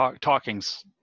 talking's